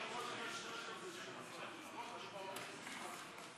החוק ונגד האי-אמון